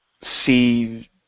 See